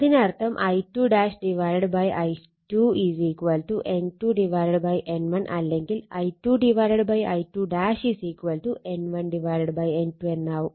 അതിനർത്ഥം I2 I2 N2 N1 അല്ലെങ്കിൽ I2 I2 N1 N2 എന്നാവും